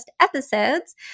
episodes